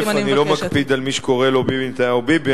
אני לא מקפיד על מי שקורא לביבי נתניהו ביבי,